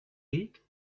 eat